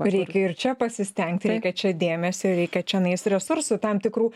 reikia ir čia pasistengti reikia čia dėmesio reikia čionais resursų tam tikrų